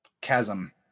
chasm